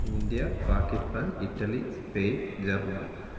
India Pakistan Italy Spain Germany